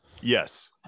Yes